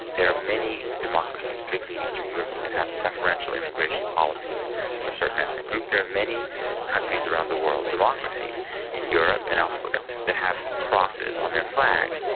there are many democracies particularly in eastern europe that have preferential immigration policies for certain ethnic groups. there are many countries around the world, democracies in europe and elsewhere, that have crosses on their flags.